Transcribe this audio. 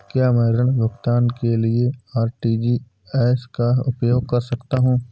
क्या मैं ऋण भुगतान के लिए आर.टी.जी.एस का उपयोग कर सकता हूँ?